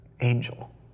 angel